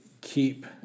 keep